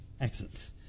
exits